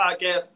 podcast